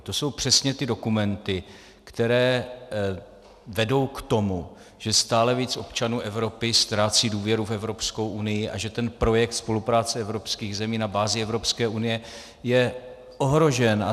To jsou přesně ty dokumenty, které vedou k tomu, že stále víc občanů Evropy ztrácí důvěru v Evropskou unii a že ten projekt spolupráce evropských zemí na bázi Evropské unie je ohrožen.